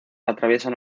atraviesan